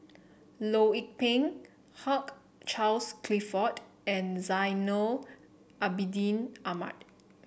Loh Lik Peng Hugh Charles Clifford and Zainal Abidin Ahmad